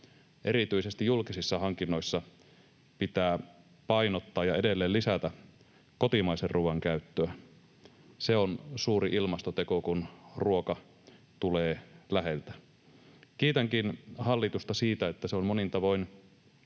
erityisesti julkisissa hankinnoissa pitää painottaa ja edelleen lisätä kotimaisen ruoan käyttöä. Se on suuri ilmastoteko, kun ruoka tulee läheltä. Kiitänkin hallitusta siitä, että se on monin tavoin